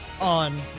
on